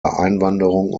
einwanderung